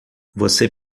você